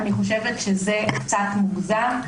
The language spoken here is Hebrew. זה קצת מוגזם.